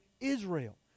Israel